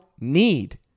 need